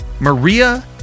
Maria